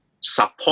support